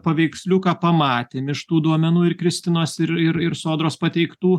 paveiksliuką pamatėm iš tų duomenų ir kristinos ir ir ir sodros pateiktų